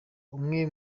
umwe